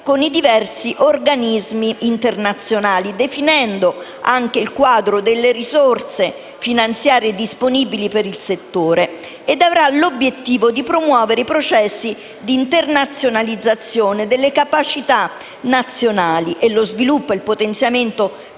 con i diversi organismi internazionali, definendo anche il quadro delle risorse finanziarie disponibili per il settore, perseguendo l'obiettivo di promuovere i processi di internazionalizzazione delle capacità nazionali e lo sviluppo e il potenziamento